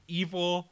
evil